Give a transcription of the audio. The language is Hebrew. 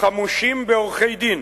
חמושים בעורכי-דין.